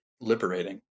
liberating